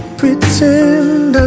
pretend